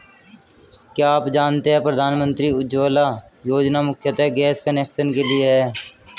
क्या आप जानते है प्रधानमंत्री उज्ज्वला योजना मुख्यतः गैस कनेक्शन के लिए है?